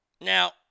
Now